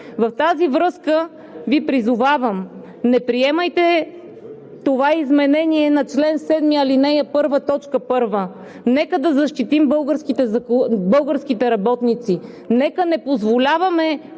В тази връзка Ви призовавам: не приемайте това изменение на чл. 7, ал. 1, т. 1! Нека да защитим българските работници, нека не позволяваме